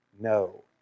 no